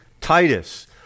Titus